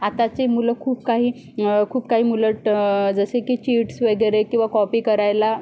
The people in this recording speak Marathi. आताची मुलं खूप काही खूप काही मुलं ट जसे की चीट्स वगैरे किंवा कॉपी करायला